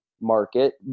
market